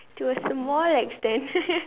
to a small extent